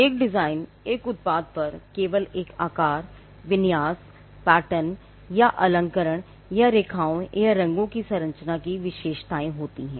एक डिजाइन एक उत्पाद पर केवल आकार विन्यास पैटर्न या अलंकरण या रेखाओं या रंगों की संरचना की विशेषताएं हैं